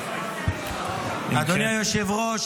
אדוני היושב-ראש,